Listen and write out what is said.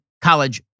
college